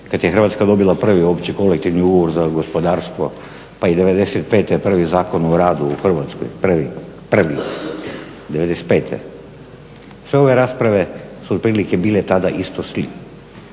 kad je Hrvatska dobila prvi opći kolektivni ugovor za gospodarstvo pa i '95. prvi Zakon o radu u Hrvatskoj, prvi '95., sve ove rasprave su otprilike bile tada isto …